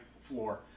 floor